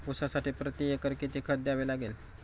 ऊसासाठी प्रतिएकर किती खत द्यावे लागेल?